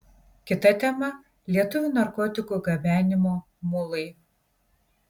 kita tema lietuvių narkotikų gabenimo mulai